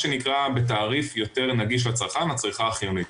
בתעריף יותר נגיש לצרכן לצריכה החיונית,